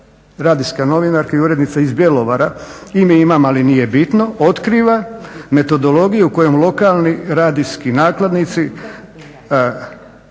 radijska novinarka i urednica iz Bjelovara, ime imam ali nije bitno, otkriva metodologija kojom lokalni radijski nakladnici